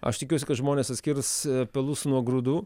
aš tikiuosi kad žmonės atskirs pelus nuo grūdų